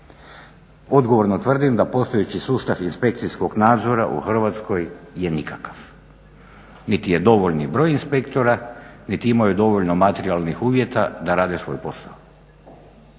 Odgovorno tvrdim da postojeći sustav inspekcijskog nadzora u Hrvatskoj je nikakav, niti je dovoljni broj inspektora niti imaju dovoljno materijalnih uvjeta da rade svoj posao.